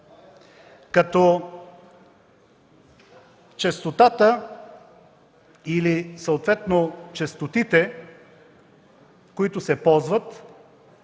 като честотата или съответно честотите, които се ползват,